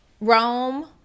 Rome